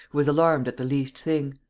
who was alarmed at the least thing.